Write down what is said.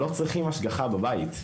לא צריכים השגחה בבית,